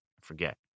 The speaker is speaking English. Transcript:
forget